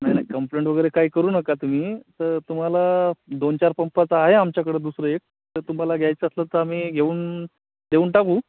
नाही नाही कंप्लेंट वगैरे काय करू नका तुम्ही तर तुम्हाला दोन चार पंपाचं आहे आमच्याकडं दुसरं एक तर तुम्हाला घ्यायचं असलं तर आम्ही घेऊन देऊन टाकू